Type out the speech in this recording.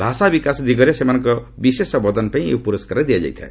ଭାଷା ବିକାଶ ଦିଗରେ ସେମାନଙ୍କର ବିଶେଷ ଅବଦାନପାଇଁ ଏହି ପୁରସ୍କାର ଦିଆଯାଇଥାଏ